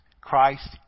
Christ